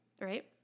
right